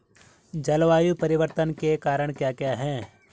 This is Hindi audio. जलवायु परिवर्तन के कारण क्या क्या हैं?